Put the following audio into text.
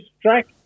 track